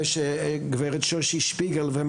של העדה האמריקאית המפוארת ומי שגדל שם מכיר